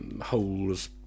holes